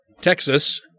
Texas